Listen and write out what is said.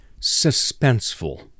suspenseful